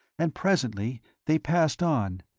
and presently they passed on,